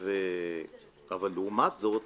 לעומת זה,